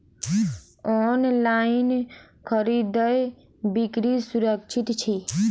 online खरीदै बिक्री सुरक्षित छी